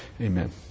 Amen